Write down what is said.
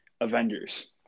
Avengers